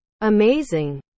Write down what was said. Amazing